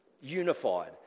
unified